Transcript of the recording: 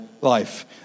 life